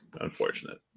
unfortunate